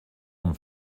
amb